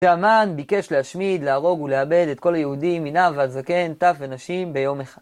והמן ביקש להשמיד, להרוג ולאבד את כל היהודים, מנער ועד זקן, טף ונשים ביום אחד.